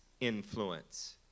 influence